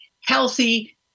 healthy